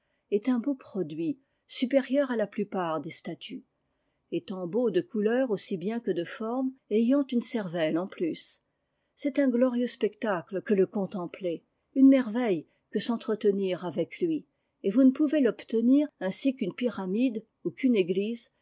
est un beau produit supérieur à la plupart des statues étant beau de couleur aussi bien que de forme et ayant une cervelle en plus c'est un glorieux spectacle que le contempler une merveille que s'entretenir avec lui et vous ne pouvez l'obtenir ainsi qu'une pyramide ou qu'une église